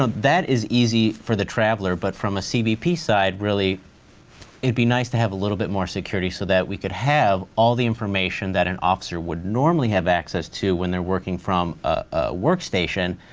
ah that is easy for the traveler, but from a cbp side, really it'd be nice to have a little bit more security so that we could have all the information that an officer would normally have access to when they're working from a workstation.